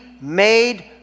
made